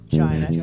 China